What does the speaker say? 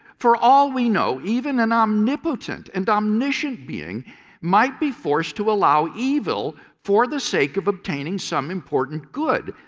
for all we know, even an omnipotent and omniscience being might be forced to allow e vil for the sake of obtaining some important good.